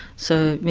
so, you